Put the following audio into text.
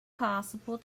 possible